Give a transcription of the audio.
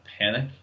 panic